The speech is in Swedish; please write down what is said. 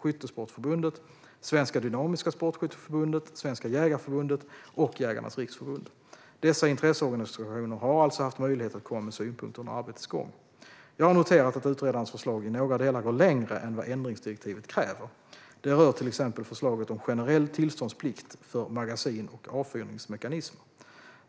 Skyttesportförbundet, Svenska Dynamiska Sportskytteförbundet, Svenska Jägareförbundet och Jägarnas Riksförbund. Dessa intresseorganisationer har alltså haft möjlighet att komma med synpunkter under arbetets gång. Jag har noterat att utredarens förslag i några delar går längre än vad ändringsdirektivet kräver. Det rör till exempel förslaget om generell tillståndsplikt för magasin och avfyrningsmekanismer.